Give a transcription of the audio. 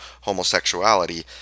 homosexuality